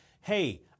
Hey